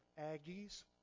Aggies